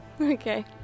okay